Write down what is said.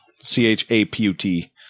C-H-A-P-U-T